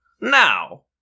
Now